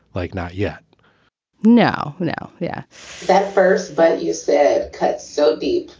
like. not yet now. now. yeah pfeiffer's but you said so deep